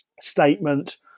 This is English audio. statement